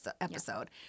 episode